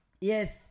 Yes